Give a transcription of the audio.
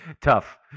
Tough